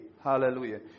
Hallelujah